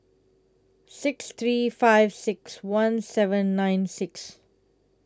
six three five six one seven nine six